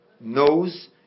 knows